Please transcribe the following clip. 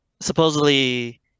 supposedly